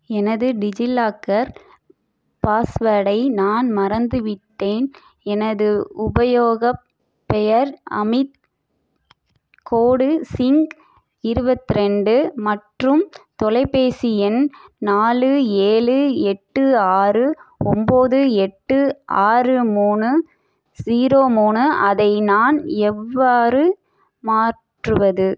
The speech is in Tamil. எனது டிஜிலாக்கர் பாஸ்வேர்டை நான் மறந்துவிட்டேன் எனது உபயோகப் பெயர் அமித் கோடு சிங் இருவத்தி ரெண்டு மற்றும் தொலைபேசி எண் நாலு ஏழு எட்டு ஆறு ஒன்பது எட்டு ஆறு மூணு ஸீரோ மூணு அதை நான் எவ்வாறு மாற்றுவது